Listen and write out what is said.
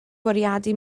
bwriadu